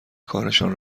کارشان